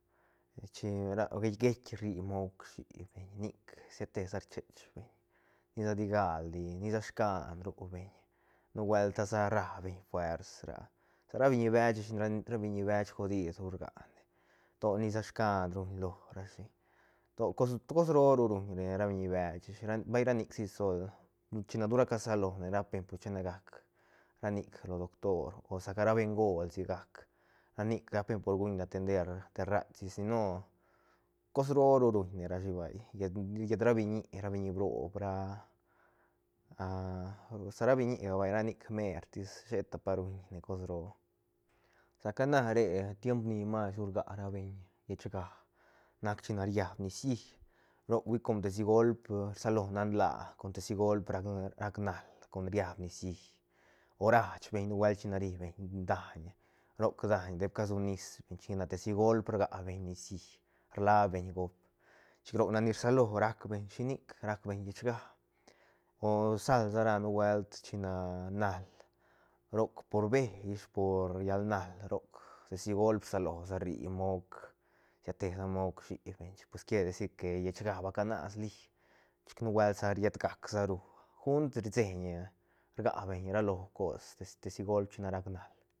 Chin na geic- geic rri moc shïbeñ nic siatesa rchech beiñ lla di galdi nisa scan ru beñ nu buelt ta sa rra beñ fuersra sa ra biñi beech ra biñi beech godid ru rgane to nisa scan ruñ lo rashi to cos- cos roo ru ruñne ra biñi beche ish vay nic si sol china tura casalone rapbeñ por chinegac ra nic lo doctor o saca ra beñgol sigac ra nic rapbeñ por guñla atender terratsi sino cosh roo ruñne rashi vay llet llet ra biñi ra biñi broob ra sa ra biñiga vay ra nic mertis sheta pa ruñne cos roo saca na ree tiem ni mas ru rga ra beiñ llechga nac china rillab niciï roc hui com tesi golp rsalo nan laa con te si golp rac nal con riab nicií o rachbeñ nubuelt chine ribeñ daiñ roc daiñ dep casunisbeñ chine te si golp rga beñ nicií rlabeñ goop chic roc nac ni rsalo racbeñ shinic racbeñ llechga o sal sa ra nubuelt china nal roc por bee ish llal nal roc tesigolp rsalosa rri moc siatesa moc shïbeñ chic pues quiere decir que llechga ba canas lí chic nubuelt sa riet gacsa rú gunt rseiñ rgabeñ ra lo cos te si golp china rac nal